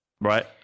Right